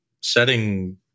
setting